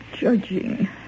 Judging